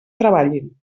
treballin